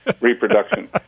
reproduction